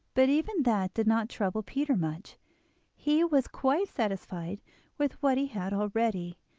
but even that did not trouble peter much he was quite satisfied with what he had already.